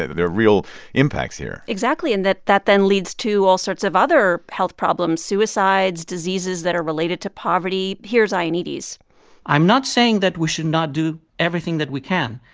there are real impacts here exactly. and that that then leads to all sorts of other health problems suicides, diseases that are related to poverty. here's ioannidis i'm not saying that we should not do everything that we can,